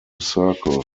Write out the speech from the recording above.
circle